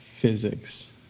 physics